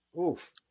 Oof